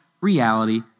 reality